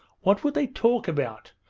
what would they talk about?